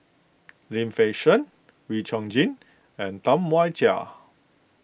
Lim Fei Shen Wee Chong Jin and Tam Wai Jia